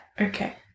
Okay